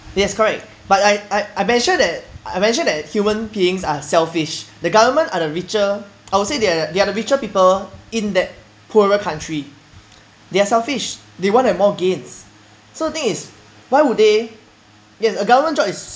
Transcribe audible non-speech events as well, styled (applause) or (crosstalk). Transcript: yes correct but I I I mention that I mention that human beings are selfish the government are the richer I would say they they are the richer people in that poorer country (noise) they're selfish they want to have more gains so the thing is why would they okay a government job is